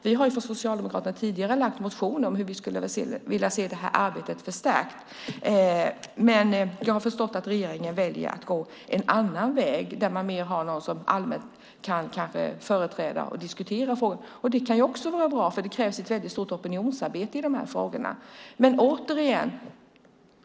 Vi har från Socialdemokraterna tidigare väckt en motion om hur vi skulle vilja se det här arbetet förstärkt. Jag har förstått att regeringen väljer att gå en annan väg där man mer har någon som allmänt kan företräda och diskutera frågan. Det kan också vara bra eftersom det krävs ett stort opinionsarbete i de här frågorna.